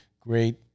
great